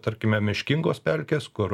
tarkime miškingos pelkės kur